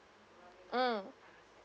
mm